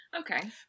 Okay